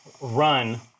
run